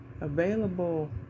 available